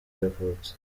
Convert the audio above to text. yavutse